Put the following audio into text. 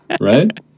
Right